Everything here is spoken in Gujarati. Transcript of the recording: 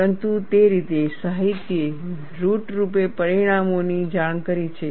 પરંતુ તે રીતે સાહિત્યે રુટરૂપે પરિણામોની જાણ કરી છે